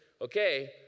okay